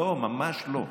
לא, ממש לא.